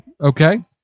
Okay